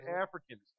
Africans